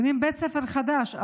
בונים בית ספר חדש,